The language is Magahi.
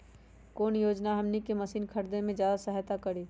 कौन योजना हमनी के मशीन के खरीद में ज्यादा सहायता करी?